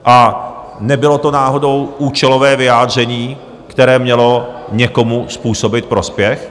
A nebylo to náhodou účelové vyjádření, které mělo někomu způsobit prospěch?